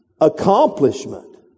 accomplishment